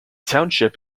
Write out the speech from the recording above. township